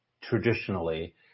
traditionally